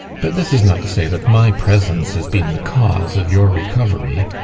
but this is not to say that my presence has been the cause of your recovery.